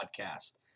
Podcast